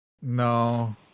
No